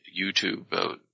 YouTube